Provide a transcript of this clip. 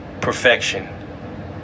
perfection